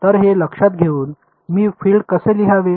तर हे लक्षात घेऊन मी फील्ड कसे लिहावे